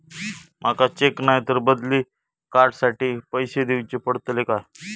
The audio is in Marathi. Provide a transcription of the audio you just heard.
माका चेक नाय तर बदली कार्ड साठी पैसे दीवचे पडतले काय?